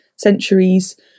centuries